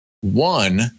One